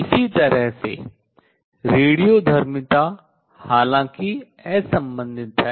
इसी तरह से रेडियोधर्मिता हालांकि असंबंधित है